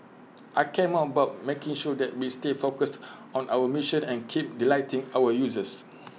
I care more about making sure that we stay focused on our mission and keep delighting our users